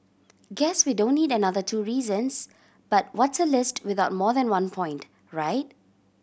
guess we don't need another two reasons but what's a list without more than one point right